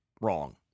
wrong